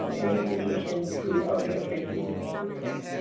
um and institutions who owned or produced manuscripts.